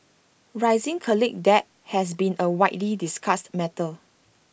rising college debt has been A widely discussed matter